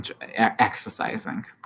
exercising